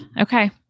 Okay